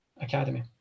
academy